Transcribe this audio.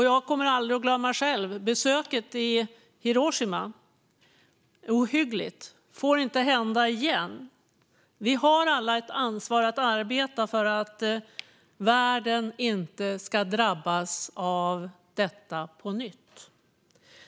Jag kommer aldrig att glömma mitt besök i Hiroshima. Det är ohyggligt och får inte hända igen. Vi har alla ett ansvar att arbeta för att världen inte ska drabbas av detta på nytt.